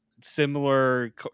similar